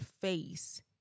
face